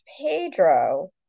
Pedro